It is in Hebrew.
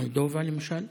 מולדובה, למשל,